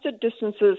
distances